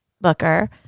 booker